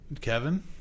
kevin